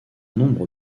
nombre